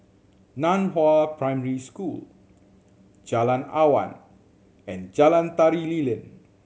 Nan Hua Primary School Jalan Awan and Jalan Tari Lilin